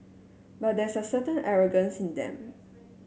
but there's a certain arrogance in them